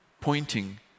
Pointing